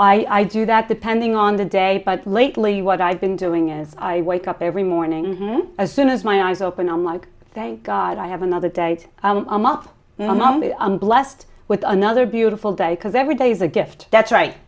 i do that depending on the day but lately what i've been doing is i wake up every morning when as soon as my eyes open i'm like thank god i have another date i'm up i'm blessed with another beautiful day because every day is a gift that's right